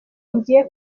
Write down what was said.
ngiye